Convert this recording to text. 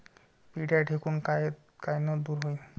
पिढ्या ढेकूण कायनं दूर होईन?